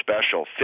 special